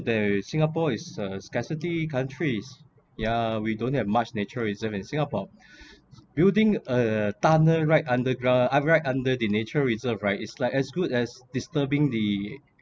there is singapore is a scarcity countries ya we don't have much nature reserved in singapore building a tunnel right underground uh right under the nature reserved right is like as good as disturbing the